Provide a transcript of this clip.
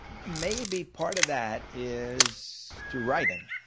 maybe part of that is the writing,